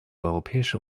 europäische